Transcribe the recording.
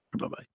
Bye-bye